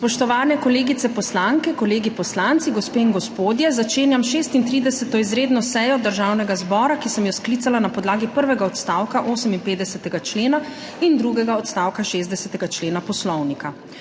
Spoštovani kolegice poslanke, kolegi poslanci, gospe in gospodje! Začenjam 36. izredno sejo Državnega zbora, ki sem jo sklicala na podlagi prvega odstavka 58. člena in drugega odstavka 60. člena Poslovnika.